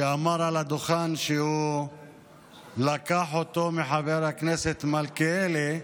שאמר על הדוכן שהוא לקח אותו מחבר הכנסת מלכיאלי,